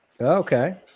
okay